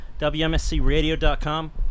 WMSCRadio.com